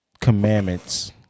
commandments